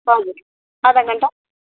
हजुर आधा घन्टा